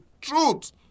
truth